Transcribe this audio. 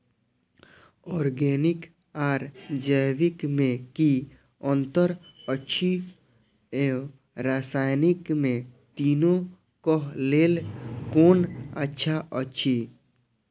Organic आर जैविक में कि अंतर अछि व रसायनिक में तीनो क लेल कोन अच्छा अछि?